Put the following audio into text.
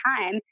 time